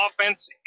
offense